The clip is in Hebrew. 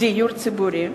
דיור ציבורי.